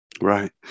Right